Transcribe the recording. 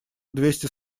двести